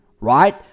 right